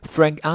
,Frank